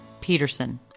Peterson